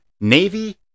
Navy